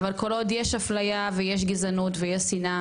אבל כל עוד יש אפליה ויש גזענות ויש שנאה